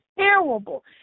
Terrible